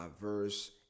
verse